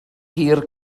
hir